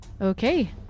Okay